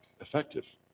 effective